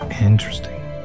Interesting